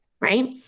right